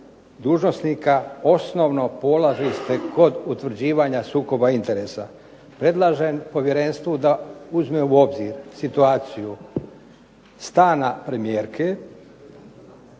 dužnosnika osnovno polazište kod utvrđivanja sukoba interesa predlažem Povjerenstvu da uzme u obzir situaciju stana premijerke,